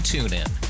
TuneIn